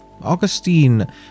Augustine